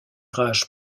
rage